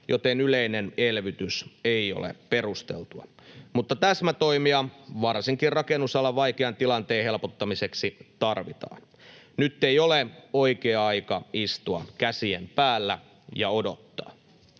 joten yleinen elvytys ei ole perusteltua, mutta täsmätoimia varsinkin rakennusalan vaikean tilanteen helpottamiseksi tarvitaan. Nyt ei ole oikea aika istua käsien päällä ja odottaa.